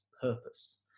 purpose